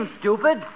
stupid